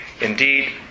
Indeed